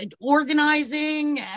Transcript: organizing